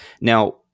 Now